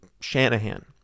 Shanahan